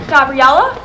Gabriella